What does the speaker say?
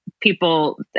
people